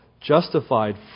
justified